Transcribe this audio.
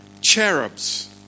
cherubs